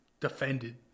defended